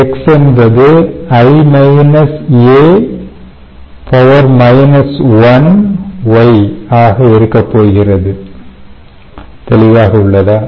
X என்பது 1 Y ஆக இருக்க போகிறது தெளிவாக உள்ளதா